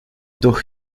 doch